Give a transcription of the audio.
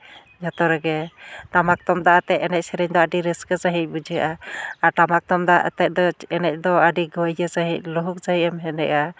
ᱡᱷᱚᱛᱚ ᱨᱮᱜᱮ ᱴᱟᱢᱟᱠ ᱛᱩᱢᱫᱟᱜ ᱟᱛᱮ ᱮᱱᱮᱡ ᱥᱮᱨᱮᱧ ᱫᱚ ᱟᱹᱰᱤ ᱨᱟᱹᱥᱠᱟᱹᱥᱟᱺᱦᱤᱡ ᱵᱩᱡᱷᱟᱹᱜᱼᱟ ᱟᱨ ᱴᱟᱢᱟᱠ ᱛᱩᱢᱫᱟᱜ ᱟᱛᱮ ᱫᱚ ᱮᱱᱮᱡ ᱫᱚ ᱟᱹᱰᱤ ᱞᱩᱦᱩᱠ ᱥᱟᱺᱦᱤᱡ ᱮᱢ ᱮᱱᱮᱡᱼᱟ